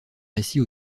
récit